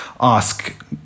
ask